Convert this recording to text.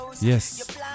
Yes